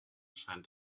scheint